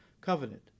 covenant